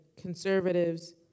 conservatives